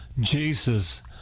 jesus